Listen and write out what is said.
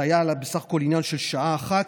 זה היה בסך הכול עניין של שעה אחת.